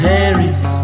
Paris